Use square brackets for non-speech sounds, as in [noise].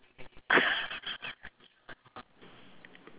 [laughs]